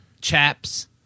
Chaps